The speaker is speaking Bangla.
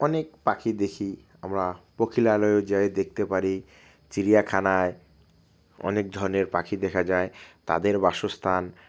অনেক পাখি দেখি আমরা পাখিরালয়ে যাই দেখতে পারি চিড়িয়াখানায় অনেক ধরনের পাখি দেখা যায় তাদের বাসস্থান